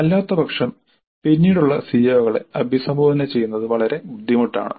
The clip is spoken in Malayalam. അല്ലാത്തപക്ഷം പിന്നീടുള്ള സിഒകളെ അഭിസംബോധന ചെയ്യുന്നത് വളരെ ബുദ്ധിമുട്ടാണ്